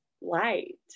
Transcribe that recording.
light